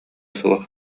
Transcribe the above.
суох